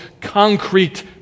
concrete